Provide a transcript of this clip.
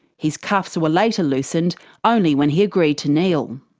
his cuffs were later loosened only when he agreed to kneel.